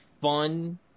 fun